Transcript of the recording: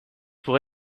pour